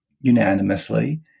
unanimously